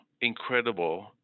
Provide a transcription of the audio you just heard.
incredible